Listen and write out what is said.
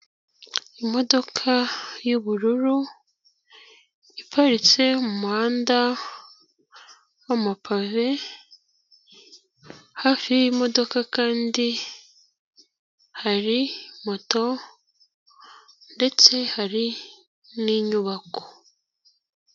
Imodoka y',ubururu iparitse mu muhanda wa amapave, hafi y'imodoka kandi hari moto ndetse hari n'inyubako.